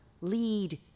lead